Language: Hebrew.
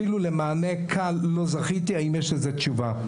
אפילו למענה קל לא זכיתי, האם יש לזה תשובה?